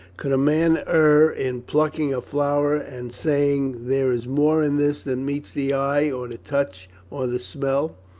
could a man err in plucking a flower and saying, there is more in this than meets the eye or the touch or the smell